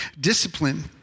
discipline